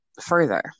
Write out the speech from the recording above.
further